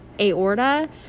aorta